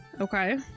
Okay